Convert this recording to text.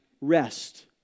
rest